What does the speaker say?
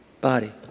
body